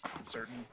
certain